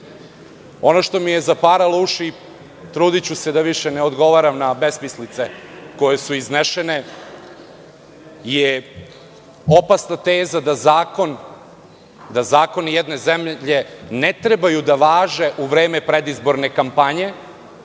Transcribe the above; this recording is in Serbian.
što mi je zaparalo uši, trudiću se da više ne odgovaram na besmislice koje su iznesene, je opasna teza da zakoni jedne zemlje ne treba da važe u vreme predizborne kampanje,